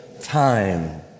time